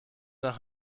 nach